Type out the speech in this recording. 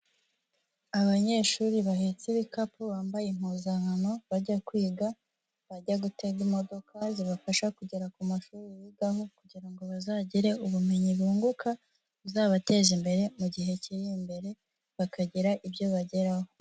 Abanyeshuri bahetse ibikapu bambaye impuzankano bajya kwiga, bajya gutega imodoka zibafasha kugera ku mashuri bigaho, kugira ngo bazagire ubumenyi bunguka buzabateza imbere mu gihe kiri imbere bakagira ibyo bageraho.